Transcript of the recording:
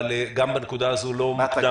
אבל גם בנקודה הזו לא מוקדם להודות.